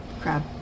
Crab